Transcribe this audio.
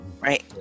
right